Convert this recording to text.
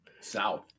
South